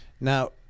Now